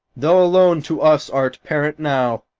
thou alone to us art parent now.